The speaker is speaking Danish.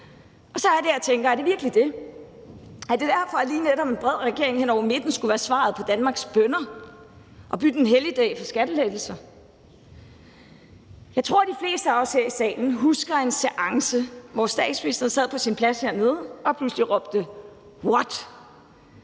det? Er det ved at veksle en helligdag til skattelettelser, at lige netop en bred regering hen over midten skulle være svaret på Danmarks bønner? Jeg tror, de fleste af os her i salen husker en seance, hvor statsministeren sad på sin plads hernede og pludselig råbte: What!